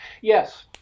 yes